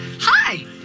Hi